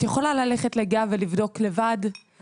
את יכולה ללכת לגהה ולבדוק לבד אם